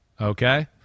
Okay